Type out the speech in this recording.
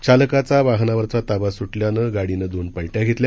चालकाचा वाहनावरचा ताबा सुद्धियानं गाडीनं दोन पल ्या घेतल्या